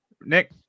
Nick